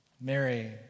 Mary